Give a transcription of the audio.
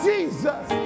Jesus